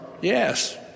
yes